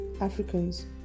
Africans